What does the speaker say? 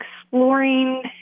exploring